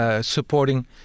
supporting